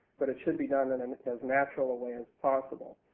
but it should be done in and as natural a way as possible.